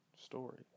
story